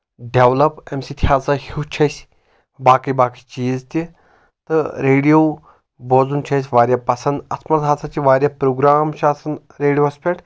develop امہِ سۭتۍ ہسا ہیوٚچھ اَسہِ باقٕے باقٕے چیٖز تہِ تہٕ ریڈیو بوزُن چھِ أسۍ واریاہ پسنٛد اتھ منٛز ہسا چھِ واریاہ پروگرام چھُ آسان ریڈیوس پؠٹھ